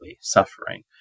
suffering